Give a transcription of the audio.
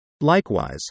Likewise